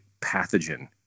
pathogen